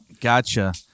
Gotcha